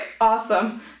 awesome